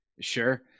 Sure